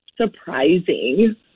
surprising